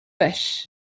fish